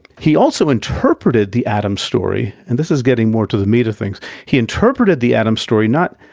he also interpreted the adam story, and this is getting more to the meat of things, he interpreted the adam story not,